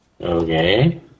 Okay